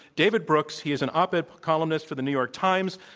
david brooks. he is an op-ed columnist for the new york times,